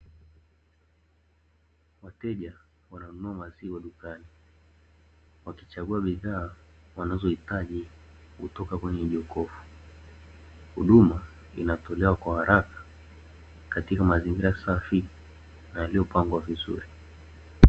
Wateja wananunua maziwa dukani wakichagua bidhaa wanazohitaji kutoka kwenye jokofu, huduma inatolewa kwa haraka katika mazingira safi na yaliyopangwa vizuri .